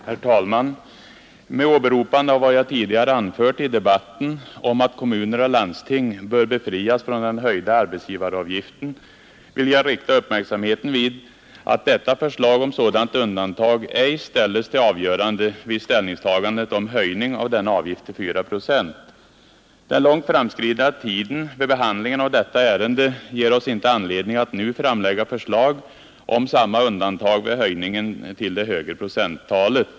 Herr talman! Med åberopande av vad jag tidigare anfört i debatten om att kommuner och landsting bör befrias från den höjda arbetsgivaravgiften vill jag rikta uppmärksamheten på att detta förslag om sådant undantag ej ställes till avgörande vid ställningstagandet om höjningen av denna avgift till 4 procent.